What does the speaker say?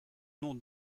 nom